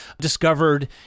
discovered